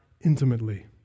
intimately